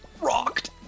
rocked